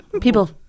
People